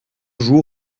joues